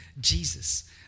Jesus